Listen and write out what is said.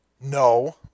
No